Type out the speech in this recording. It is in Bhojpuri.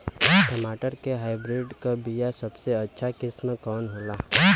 टमाटर के हाइब्रिड क बीया सबसे अच्छा किस्म कवन होला?